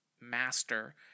master